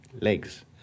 legs